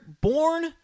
born